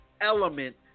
Element